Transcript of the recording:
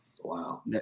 Wow